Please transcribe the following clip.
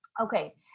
Okay